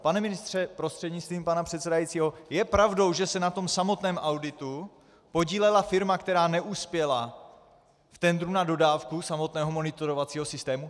Pane ministře prostřednictvím pana předsedajícího, je pravdou, že se na tom samotném auditu podílela firma, která neuspěla v tendru na dodávku samotného monitorovacího systému?